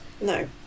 no